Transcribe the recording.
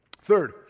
Third